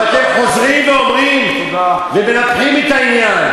בטח, ואתם חוזרים ואומרים ומנפחים את העניין.